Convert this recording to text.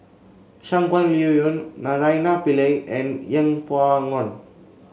Shangguan Liuyun Naraina Pillai and Yeng Pway Ngon